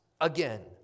again